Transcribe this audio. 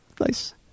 Nice